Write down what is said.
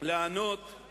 לענות על